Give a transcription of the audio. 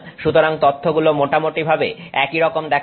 সুতরাং তথ্যগুলো মোটামুটি ভাবে এইরকম দেখাবে